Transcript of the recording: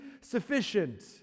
sufficient